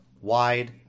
wide